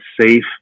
safe